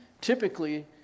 Typically